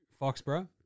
Foxborough